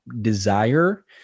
desire